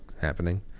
happening